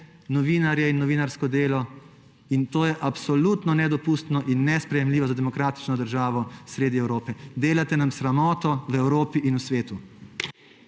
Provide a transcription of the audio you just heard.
novinarje in novinarsko delo in to je absolutno nedopustno in nesprejemljivo za demokratično državo sredi Evrope. Delate nam sramoto v Evropi in v svetu.